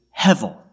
hevel